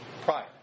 prior